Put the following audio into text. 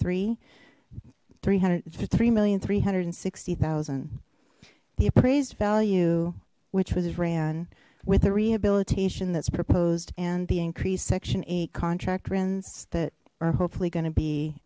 four three million three hundred and sixty thousand the appraised value which was ran with a rehabilitation that's proposed and the increased section eight contract rents that are hopefully going to be